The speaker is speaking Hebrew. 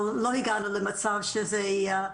אבל לא הגענו למצב מרבי.